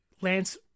Lance